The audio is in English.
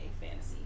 fantasy